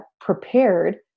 prepared